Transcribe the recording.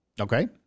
Okay